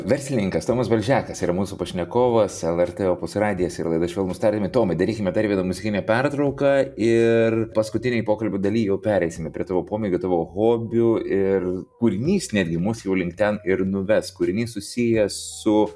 verslininkas tomas balžekas yra mūsų pašnekovas lrt opus radijo laida švelnūs tariami tomai darykime dar vieną muzikinę pertrauką ir paskutinėj pokalbių daly jau pereisime prie tavo pomėgių tavo hobių ir kūrinys netgi mus jau link ten ir nuves kūrinys susijęs su